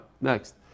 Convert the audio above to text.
next